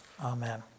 Amen